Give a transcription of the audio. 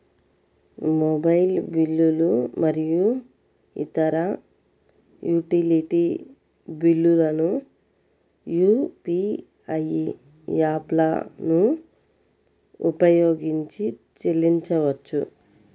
mobile బిల్లులు మరియు ఇతర యుటిలిటీ బిల్లులను యూ.పీ.ఐ యాప్లను ఉపయోగించి చెల్లించవచ్చు